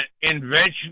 invention